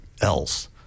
else